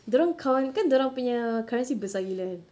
dorang count kan dorang punya currency besar gila kan